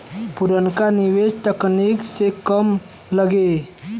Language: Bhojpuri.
पुरनका निवेस तकनीक से कम लगे